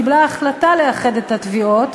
קיבלה החלטה לאחד את התביעות,